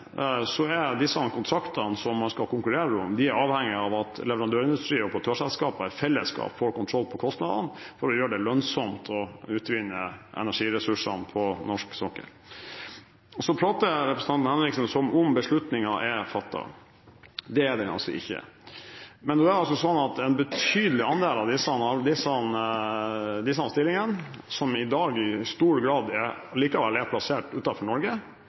er kontraktene man skal konkurrere om, avhengige av at leverandørindustri og operatørselskaper i fellesskap får kontroll på kostnadene for å gjøre det lønnsomt å utvinne energiressursene på norsk sokkel. Representanten Henriksen prater som om beslutningen er fattet. Det er den ikke. Men en betydelig andel av disse stillingene, som i dag i stor grad allikevel er plassert utenfor Norge,